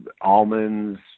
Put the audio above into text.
almonds